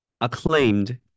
acclaimed